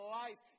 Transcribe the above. life